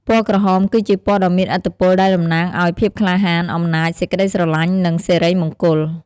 ពណ៌ក្រហម គឺជាពណ៌ដ៏មានឥទ្ធិពល ដែលតំណាងឱ្យ ភាពក្លាហាន អំណាច សេចក្ដីស្រឡាញ់ និង សិរីមង្គល។